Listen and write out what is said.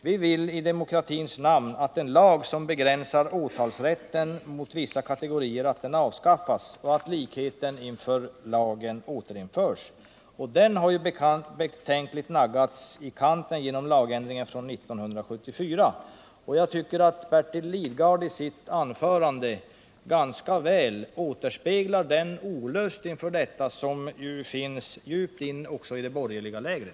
Vi vill i demokratins namn att en lag som begränsar åtalsrätten mot vissa kategorier avskaffas och att likheten inför lagen återinförs. Den likheten har som bekant betänkligt naggats i kanten genom lagändringen 1974. Jag tycker att Bertil Lidgard i sitt anförande ganska väl återspeglar den olust inför detta som ju också finns djupt inne i det borgerliga lägret.